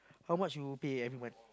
how much you pay every month